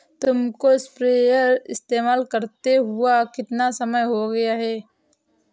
तुमको स्प्रेयर इस्तेमाल करते हुआ कितना समय हो गया है?